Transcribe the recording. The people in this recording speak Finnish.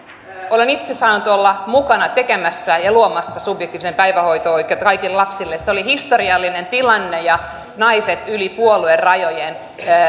olen itse saanut olla mukana tekemässä ja luomassa subjektiivista päivähoito oikeutta kaikille lapsille se oli historiallinen tilanne ja naiset yli puoluerajojen